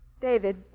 David